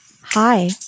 Hi